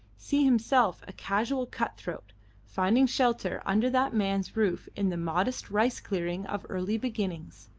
see himself a casual cut-throat finding shelter under that man's roof in the modest rice-clearing of early beginnings.